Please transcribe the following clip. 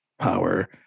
power